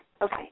Okay